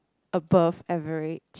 above average